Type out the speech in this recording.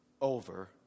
over